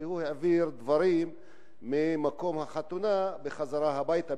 והוא העביר דברים ממקום החתונה בחזרה הביתה